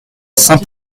saint